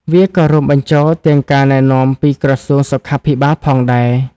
វាក៏រួមបញ្ចូលទាំងការណែនាំពីក្រសួងសុខាភិបាលផងដែរ។